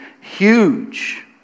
huge